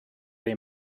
they